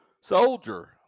soldier